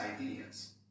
ideas